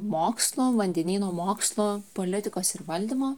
mokslo vandenyno mokslo politikos ir valdymo